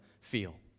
feel